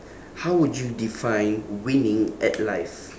how would you define winning at life